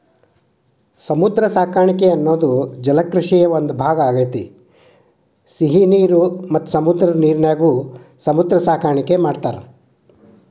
ಸಮುದ್ರ ಸಾಕಾಣಿಕೆ ಅನ್ನೋದು ಜಲಕೃಷಿಯ ಒಂದ್ ಭಾಗ ಆಗೇತಿ, ಸಿಹಿ ನೇರ ಮತ್ತ ಸಮುದ್ರದ ನೇರಿನ್ಯಾಗು ಸಮುದ್ರ ಸಾಕಾಣಿಕೆ ಮಾಡ್ತಾರ